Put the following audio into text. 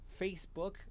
Facebook